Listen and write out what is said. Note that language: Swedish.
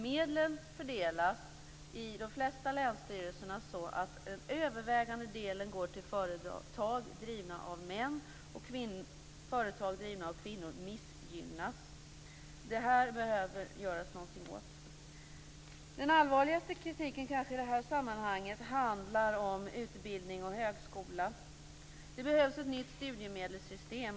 Medlen fördelas i de flesta länsstyrelserna så att den övervägande delen går till företag drivna av män. Företag drivna av kvinnor missgynnas. Det behöver göras något åt detta. Den allvarligaste kritiken i sammanhanget handlar om utbildning och högskola. Det behövs ett nytt studiemedelssystem.